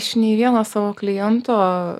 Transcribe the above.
iš nei vieno savo kliento